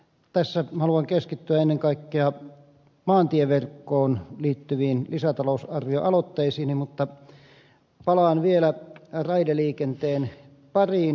tässä haluan keskittyä ennen kaikkea maantieverkkoon liittyviin lisätalousarvioaloitteisiini mutta palaan vielä raideliikenteen pariin